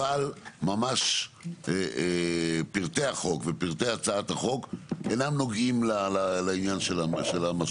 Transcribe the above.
אבל ממש פרטי החוק ופרטי הצעת החוק אינם נוגעים לעניין של המסלולים.